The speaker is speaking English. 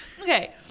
Okay